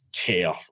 care